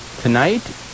Tonight